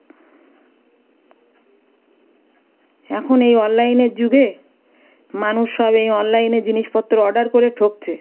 এখন এই অনলাইনের যুগে মানুষ সব এই অনলাইনে জিনিসপত্র অর্ডার করে ঠকছে